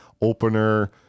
opener